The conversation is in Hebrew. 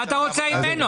מה אתה רוצה ממנו?